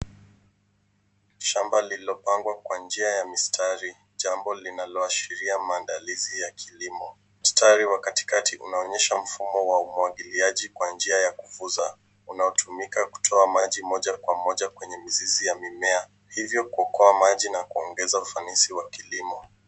Shamba lililopangwa kwa njia ya mistari, jambo linaloashiria maandalizi ya kilimo. Mstari wa katikati unaonyesha mfumo wa umwagiliaji kwa njia ya kufuza, unaotumika kutoa maji moja kwa moja kwenye mizizi ya mimea, hivyo kuokoa maji na kuongeza ufanisi wa kilimo.